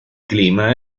clima